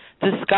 discuss